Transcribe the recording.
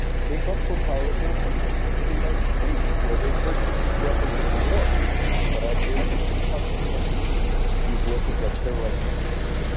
they got so powerful in the united states where they purchased these weapons of war that are built to hunt human beings. these weapons that terrorize mexico.